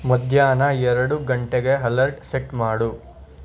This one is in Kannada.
ಮಧ್ಯಾಹ್ನ ಎರಡು ಗಂಟೆಗೆ ಹಲರ್ಟ್ ಸೆಟ್ ಮಾಡು